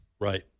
Right